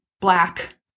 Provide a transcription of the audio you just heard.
black